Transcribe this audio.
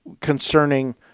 concerning